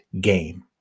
game